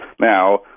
Now